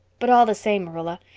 but all the same, marilla,